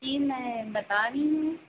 जी मैं बता रही हूँ